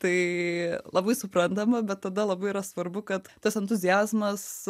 tai labai suprantama bet tada labai yra svarbu kad tas entuziazmas